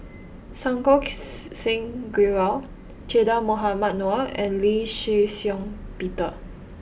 Santokh Singh Grewal Che Dah Mohamed Noor and Lee Shih Shiong Peter